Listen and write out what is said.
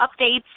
updates